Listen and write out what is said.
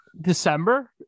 December